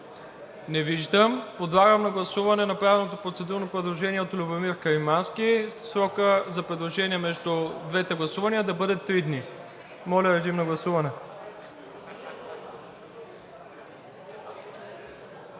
Не виждам. Подлагам на гласуване направеното процедурно предложение от Любомир Каримански срокът за предложения между двете гласувания да бъде три дни. Гласували